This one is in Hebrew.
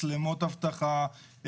מצלמות אבטחה,